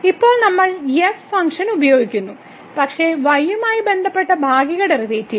ഇപ്പോൾ നമ്മൾ f function ഉപയോഗിക്കുന്നു പക്ഷേ y യുമായി ബന്ധപ്പെട്ട ഭാഗിക ഡെറിവേറ്റീവ്